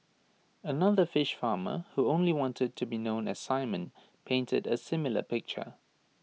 another fish farmer who only wanted to be known as simon painted A similar picture